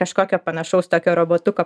kažkokio panašaus tokio robotuko